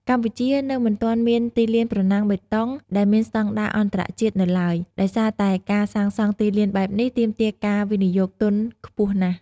កម្ពុជានៅមិនទាន់មានទីលានប្រណាំងបេតុង ដែលមានស្តង់ដារអន្តរជាតិនៅឡើយ ដោយសារតែការសាងសង់ទីលានបែបនេះទាមទារការវិនិយោគទុនខ្ពស់ណាស់។